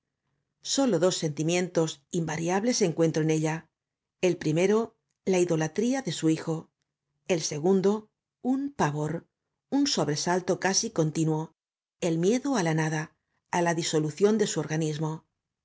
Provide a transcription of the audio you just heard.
sólo dos sentimientos invariables e n cuentro en ella el primero la idolatría de su hijo el segundo un pavor un sobresalto casi continuo el miedo á la nada á la disolución de su organismo